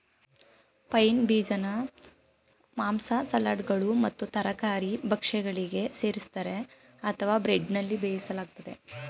pine ಬೀಜನ ಮಾಂಸ ಸಲಾಡ್ಗಳು ಮತ್ತು ತರಕಾರಿ ಭಕ್ಷ್ಯಗಳಿಗೆ ಸೇರಿಸ್ತರೆ ಅಥವಾ ಬ್ರೆಡ್ನಲ್ಲಿ ಬೇಯಿಸಲಾಗ್ತದೆ